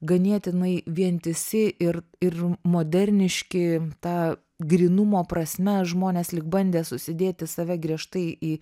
ganėtinai vientisi ir ir moderniški ta grynumo prasme žmonės lyg bandė susidėti save griežtai į